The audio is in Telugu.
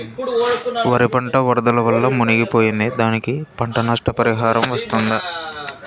వరి పంట వరదల వల్ల మునిగి పోయింది, దానికి పంట నష్ట పరిహారం వస్తుందా?